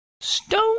Stone